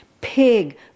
Pig